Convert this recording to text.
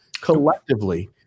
Collectively